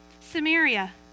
Samaria